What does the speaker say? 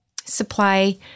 supply